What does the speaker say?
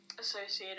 associated